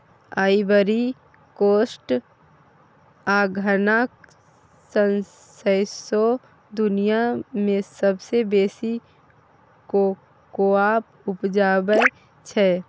Ivory Coast आ Ghana सौंसे दुनियाँ मे सबसँ बेसी कोकोआ उपजाबै छै